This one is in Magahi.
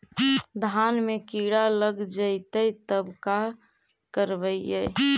धान मे किड़ा लग जितै तब का करबइ?